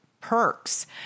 perks